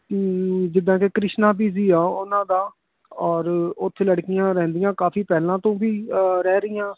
ਜਿੱਦਾਂ ਕਿ Krishna P G ਆ ਉਹਨਾਂ ਦਾ ਔਰ ਉੱਥੇ ਲੜਕੀਆਂ ਰਹਿੰਦੀਆਂ ਕਾਫੀ ਪਹਿਲਾਂ ਤੋਂ ਵੀ ਰਹਿ ਰਹੀਆਂ